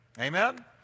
Amen